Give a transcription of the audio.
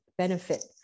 benefit